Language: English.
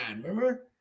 remember